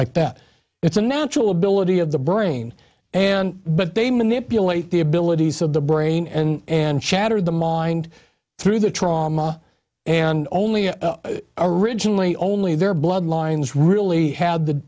like that it's a natural ability of the brain and but they manipulate the abilities of the brain and and chattered the mind through the trauma and only originally only their bloodlines really had the